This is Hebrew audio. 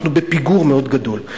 אנחנו בפיגור מאוד גדול.